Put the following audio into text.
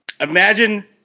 imagine